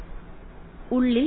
വിദ്യാർത്ഥി അകത്ത്